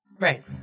Right